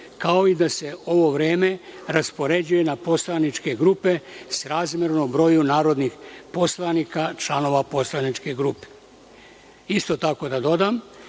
kao i da se ovo vreme raspoređuje na poslaničke grupe srazmerno broju narodnih poslanika članova poslaničke grupe. Isto tako da dodam